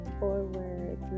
forward